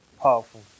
powerful